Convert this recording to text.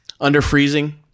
under-freezing